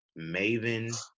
maven